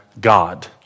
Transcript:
God